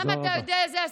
גם אתה יודע את זה,